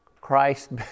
Christ